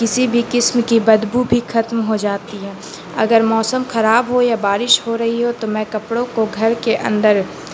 کسی بھی قسم کی بدبو بھی کھتم ہو جاتی ہے اگر موسم خراب ہو یا بارش ہو رہی ہو تو میں کپڑوں کو گھر کے اندر